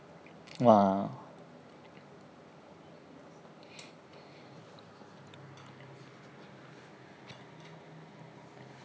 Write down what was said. !wah!